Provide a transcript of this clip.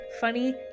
funny